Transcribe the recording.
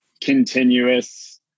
continuous